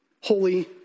holy